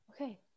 Okay